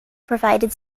provided